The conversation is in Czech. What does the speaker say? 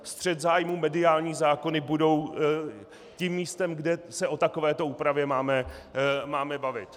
Střet zájmů, mediální zákony budou tím místem, kde se o takovéto úpravě máme bavit.